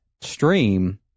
stream